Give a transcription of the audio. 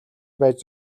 байж